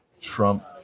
trump